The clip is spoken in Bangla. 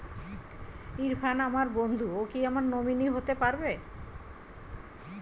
ইরফান আমার বন্ধু ও কি আমার নমিনি হতে পারবে?